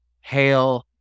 hail